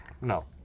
No